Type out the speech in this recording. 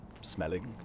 Smelling